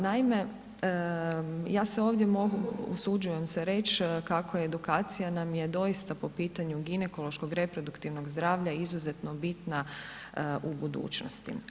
Naime, ja se ovdje mogu, usuđujem se reći kako edukacija nam je doista po pitanju ginekološko reproduktivnog zdravlja izuzetno bitna u budućnosti.